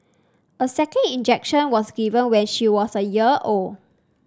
a second injection was given when she was a year old